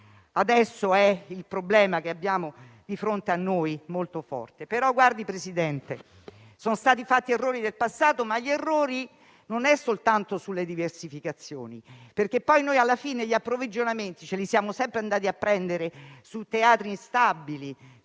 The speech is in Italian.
Adesso il problema che abbiamo di fronte a noi è molto grande.